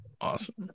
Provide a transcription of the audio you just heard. Awesome